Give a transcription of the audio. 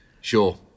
Sure